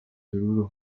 derulo